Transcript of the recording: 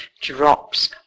drops